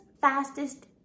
fastest